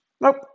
nope